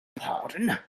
pardon